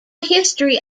history